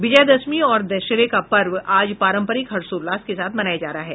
विजयादशमी और दशहरे का पर्व आज पारंपरिक हर्षोल्लास के साथ मनाया जा रहा है